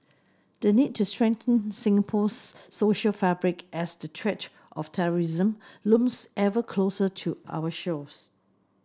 the need to strengthen Singapore's social fabric as the threat of terrorism looms ever closer to our shores